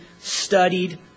studied